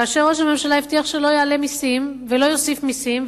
כאשר ראש הממשלה הבטיח שהוא לא יעלה מסים ולא יוסיף מסים,